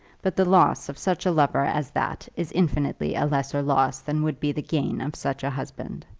but the loss of such a lover as that is infinitely a lesser loss than would be the gain of such a husband.